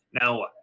Now